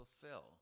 fulfill